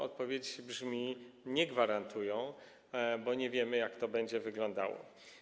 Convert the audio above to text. Odpowiedź brzmi: nie gwarantują, bo nie wiemy, jak to będzie wyglądało.